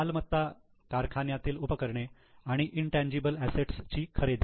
मालमत्ता कारखान्यातील उपकरणे आणि इंटेनजीबल असेट्स ची खरेदी